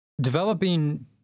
developing